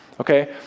Okay